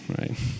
right